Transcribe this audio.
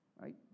right